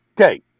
Okay